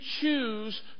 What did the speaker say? choose